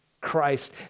Christ